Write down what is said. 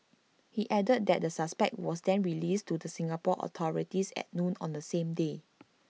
he added that the suspect was then released to the Singapore authorities at noon on the same day